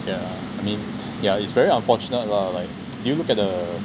yeah I mean ya it's very unfortunate lah like you look at the